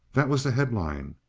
that was the headline.